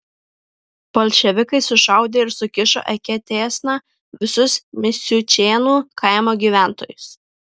bolševikai sušaudė ir sukišo eketėsna visus misiučėnų kaimo gyventojus